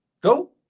Go